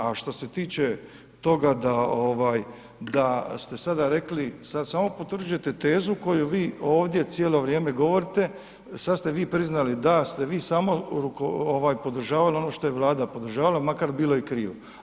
A što se tiče toga da ste sada rekli sada samo potvrđujete tezu koju vi ovdje cijelo vrijeme govorite, sada ste vi priznali da ste vi samo podržavali ono što je vlada podržavala, makar bilo i krivo.